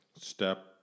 step